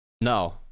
No